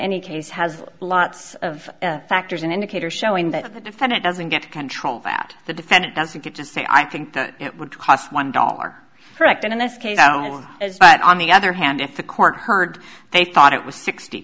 any case has lots of factors an indicator showing that the defendant doesn't get to control that the defendant doesn't get to say i think that it would cost one dollar are correct in this case i don't as but on the other hand if the court heard they thought it was sixty